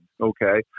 Okay